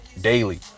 daily